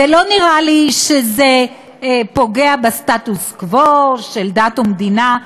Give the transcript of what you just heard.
ולא נראה לי שזה פוגע בסטטוס קוו של דת ומדינה.